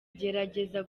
gerageza